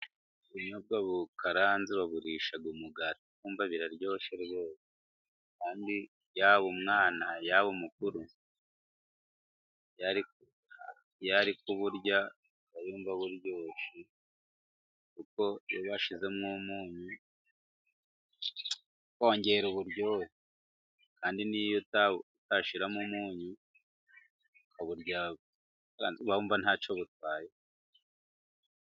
Ubunyobwa bukaranze bagurisha umugati ukumva biraryoshe rwose. Kandi yaba umwana, yaba umukuru, iyo ari kuburya aba yumva buryoshye, kuko iyo bashyizemo umunyu wongera uburyohe, kandi n'iyo utashyiramo umunyu ukaburya, uba wumva ntacyo butwaye.